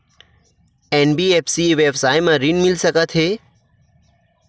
NBFC व्यवसाय मा ऋण मिल सकत हे